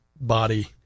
body